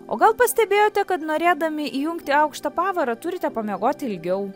o gal pastebėjote kad norėdami įjungti aukštą pavarą turite pamiegoti ilgiau